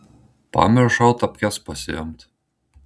pamiršau tapkes pasiimt